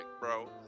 bro